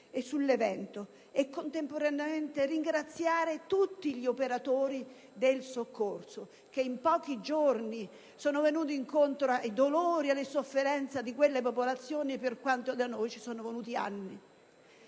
e sull'evento. Vorrei contemporaneamente ringraziare tutti gli operatori del soccorso, che in pochi giorni sono venuti incontro ai dolori e alla sofferenza di quelle popolazioni, mentre da noi ci sono voluti anni.